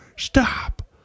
Stop